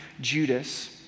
Judas